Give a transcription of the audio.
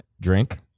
Drink